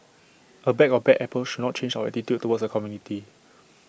A bag of bad apples should not change our attitude towards the community